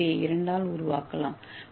ஏ பெட்டியை இரண்டால் உருவாக்கலாம்